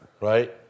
right